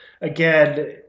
again